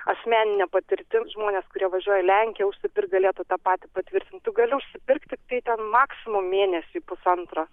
asmenine patirtim žmonės kurie važiuoja į lenkiją užsipirkt galėtų tą patį patvirtinti tu gali apsipirkt tik tai ten maksimum mėnesiui pusantro